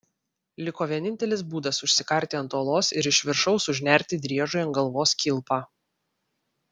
liko vienintelis būdas užsikarti ant uolos ir iš viršaus užnerti driežui ant galvos kilpą